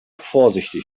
vorsichtig